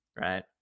right